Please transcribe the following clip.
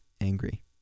angry